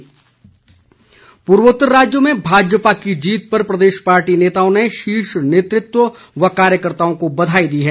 बधाई पूर्वोत्तर राज्यों में भाजपा की जीत पर प्रदेश पार्टी नेताओं ने शीर्ष नेतृत्व व कार्यकर्ताओं को बधाई दी है